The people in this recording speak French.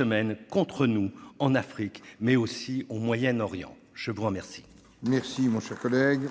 menée contre nous en Afrique, mais aussi au Moyen-Orient ? La parole est à M. Pierre